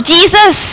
Jesus